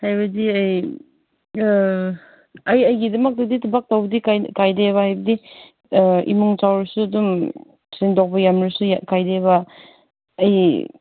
ꯍꯥꯏꯕꯗꯤ ꯑꯩ ꯑꯩ ꯑꯩꯒꯤꯗꯃꯛꯇꯗꯤ ꯊꯕꯛ ꯇꯧꯕꯗꯤ ꯀꯥꯏꯗꯦꯕ ꯍꯥꯏꯕꯗꯤ ꯏꯃꯨꯡ ꯆꯥꯎꯔꯁꯨ ꯑꯗꯨꯝ ꯁꯦꯡꯗꯣꯛꯄ ꯌꯥꯝꯂꯁꯨ ꯀꯥꯏꯗꯦꯕ ꯑꯩ